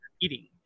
eating